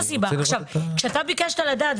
כשאתה ביקשת לדעת,